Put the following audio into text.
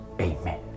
Amen